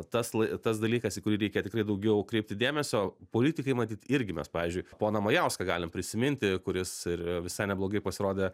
tas lai tas dalykas į kurį reikia tikrai daugiau kreipti dėmesio politikai matyt irgi mes pavyzdžiui poną majauską galim prisiminti kuris ir visai neblogai pasirodė